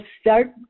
start